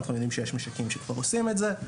אנחנו יודעים שיש משקים שכבר עושים את זה,